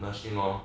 nursing hor